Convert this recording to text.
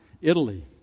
Italy